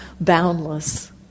boundless